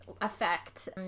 effect